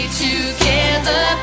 together